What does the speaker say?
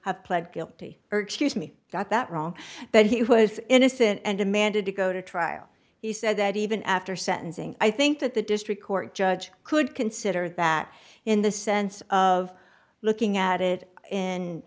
have pled guilty or excuse me got that wrong that he was innocent and demanded to go to trial he said that even after sentencing i think that the district court judge could consider that in the sense of looking at it in